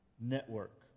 network